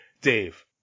Dave